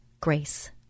grace